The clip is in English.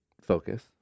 focus